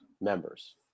members